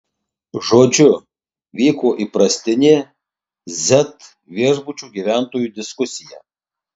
žodžiu vyko įprastinė z viešbučio gyventojų diskusija